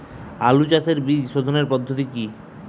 আলু চাষের বীজ সোধনের পদ্ধতি কি?